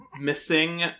missing